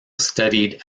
studied